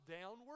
downward